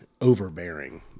overbearing